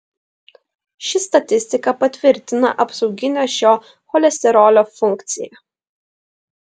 ši statistika patvirtina apsauginę šio cholesterolio funkciją